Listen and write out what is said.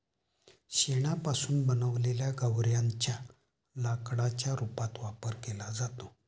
शेणापासून बनवलेल्या गौर्यांच्या लाकडाच्या रूपात वापर केला जातो